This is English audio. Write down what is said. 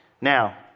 Now